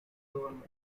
government